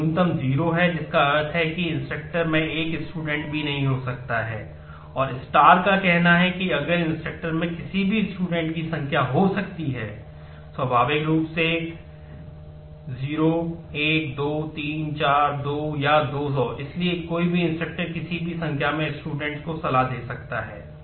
तो न्यूनतम 0 है जिसका अर्थ है कि एक इंस्ट्रक्टर को सलाह दे सकता है